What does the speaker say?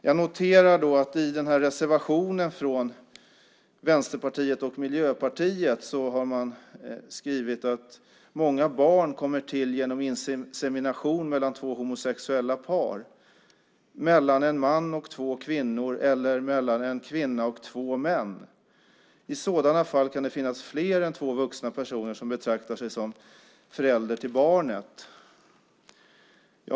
Jag noterar att man i reservationen från Vänsterpartiet och Miljöpartiet har skrivit att många barn kommer till genom insemination mellan två homosexuella par, mellan en man och två kvinnor eller mellan en kvinna och två män. I sådana fall kan det finnas fler än två vuxna personer som betraktar sig som förälder till barnet.